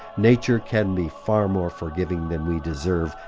nature can be far more forgiving than we deserve,